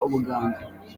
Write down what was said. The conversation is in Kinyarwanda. ubuganga